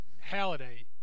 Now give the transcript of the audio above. Halliday